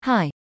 Hi